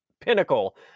pinnacle